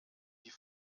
die